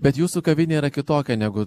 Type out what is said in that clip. bet jūsų kavinė yra kitokia negu